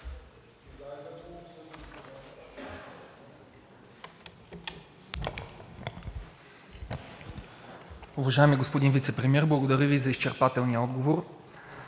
Уважаеми господин Вицепремиер, благодаря Ви за изчерпателния отговор.